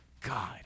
God